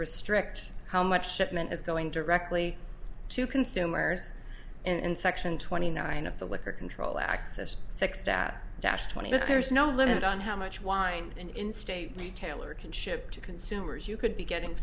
restrict how much shipment is going directly to consumers in section twenty nine of the liquor control access text at dash twenty but there's no limit on how much wine and in state tailor can ship to consumers you could be getting